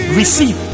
receive